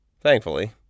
thankfully